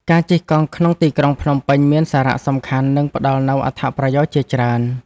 ការជិះកង់ក្នុងទីក្រុងភ្នំពេញ មានសារៈសំខាន់ និងផ្ដល់នូវអត្ថប្រយោជន៍ជាច្រើន។